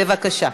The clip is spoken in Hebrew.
בבקשה.